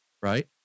right